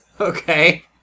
Okay